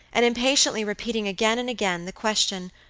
and impatiently repeating again and again, the question,